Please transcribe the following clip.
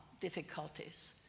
difficulties